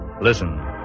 Listen